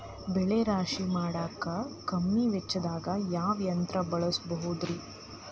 ಬೆಳೆ ರಾಶಿ ಮಾಡಾಕ ಕಮ್ಮಿ ವೆಚ್ಚದಾಗ ಯಾವ ಯಂತ್ರ ಬಳಸಬಹುದುರೇ?